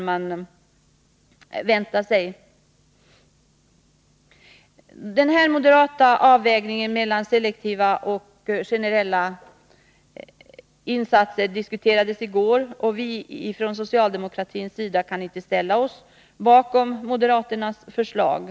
Moderaternas avvägning mellan selektiva och generella insatser diskuterades i går. Vi kan från socialdemokratins sida inte ställa oss bakom moderaternas förslag.